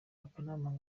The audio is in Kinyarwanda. akanama